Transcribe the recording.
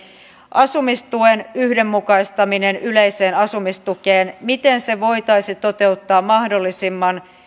asumistuen yhdenmukaistaminen yleiseen asumistukeen voitaisiin toteuttaa mahdollisimman